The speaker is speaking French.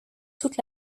toute